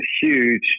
huge